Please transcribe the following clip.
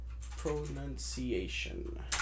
pronunciation